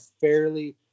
fairly